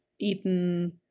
eaten